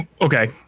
okay